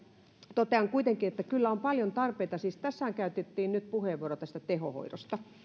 totean kuitenkin että kyllä on paljon tarpeita siis tässähän käytettiin nyt puheenvuoro tehohoidosta